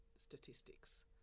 statistics